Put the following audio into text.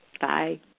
Bye